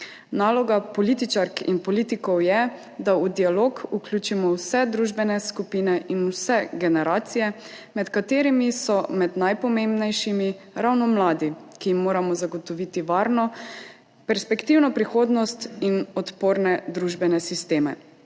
Naloga političark in politikov je, da v dialog vključimo vse družbene skupine in vse generacije, med katerimi so med najpomembnejšimi ravno mladi, ki jim moramo zagotoviti varno, perspektivno prihodnost in odporne družbene sisteme.